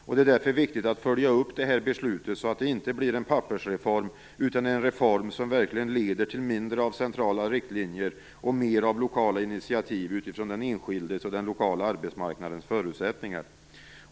Därför är det viktigt att följa upp det här beslutet så att det inte blir pappersreform utan en reform som verkligen leder till mindre av centrala riktlinjer och till mer av lokala initiativ utifrån den enskildes och den lokala arbetsmarknadens förutsättningar.